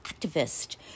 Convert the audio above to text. Activist